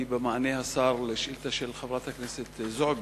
במענה השר על השאילתא של חברת הכנסת זועבי.